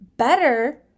better